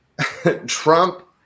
Trump